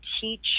teach